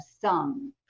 sung